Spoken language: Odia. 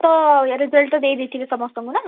ତ ରେଜଲ୍ଟ ଦେଇଦେଇଥିବେ ସମସ୍ତଙ୍କୁ ନା